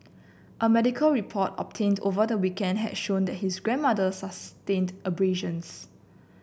a medical report obtained over the weekend has showed his grandmother sustained abrasions